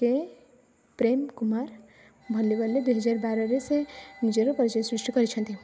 କେ ପ୍ରେମ କୁମାର ଭଲିବଲ୍ରେ ଦୁଇ ହଜାର ବାରରେ ସେ ନିଜର ପରିଚୟ ସୃଷ୍ଟି କରିଛନ୍ତି